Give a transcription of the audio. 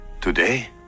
today